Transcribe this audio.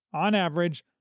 on average,